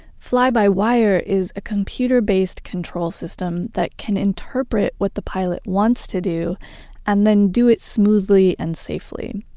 fly-by-wire is a computer-based control system that can interpret what the pilot wants to do and then do it smoothly and safely.